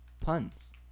puns